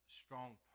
strong